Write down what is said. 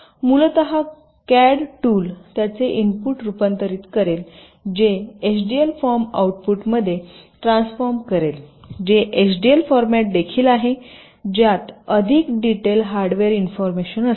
मूलत CAD tool त्याचे input रूपांतरित करेल जे एचडीएल फॉर्म आउटपुटमध्ये ट्रान्सफॉर्म करेल जे एचडीएल फॉरमॅट देखील आहे ज्यात अधिक डिटेल हार्डवेअर इन्फॉर्मेशन असेल